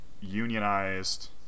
unionized